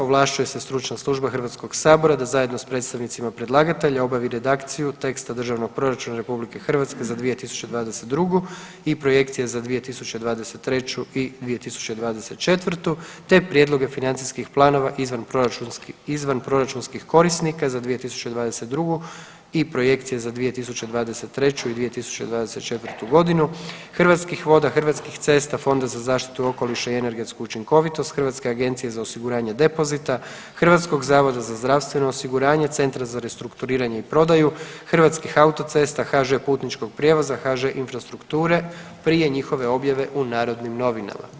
Ovlašćuje se Stručna služba Hrvatskog sabora da zajedno sa predstavnicima predlagatelja obavi redakciju teksta Državnog proračuna RH za 2022. i projekcije za 2023. i 2024. te prijedloge financijskih planova izvanproračunskih korisnika za 2022. i projekcije za 2023. i 2024. godinu Hrvatskih voda, Hrvatskih cesta, Fonda za zaštitu okoliša i energetsku učinkovitost, Hrvatske agencije za osiguranje depozita, HZZO-a, Centra za restrukturiranje i prodaju, Hrvatskih autocesta, HŽ Putničkog prijevoza, HŽ Infrastrukture prije njihove objave u Narodnim novinama.